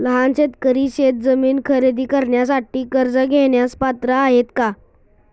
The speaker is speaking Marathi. लहान शेतकरी शेतजमीन खरेदी करण्यासाठी कर्ज घेण्यास पात्र आहेत का?